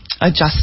adjust